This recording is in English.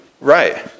Right